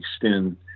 extend